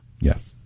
Yes